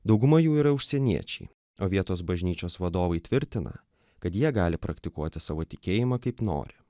dauguma jų yra užsieniečiai o vietos bažnyčios vadovai tvirtina kad jie gali praktikuoti savo tikėjimą kaip nori